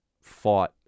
fought